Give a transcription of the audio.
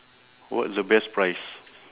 what's the best prize